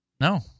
No